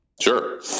Sure